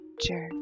jerk